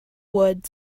wood